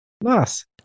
Nice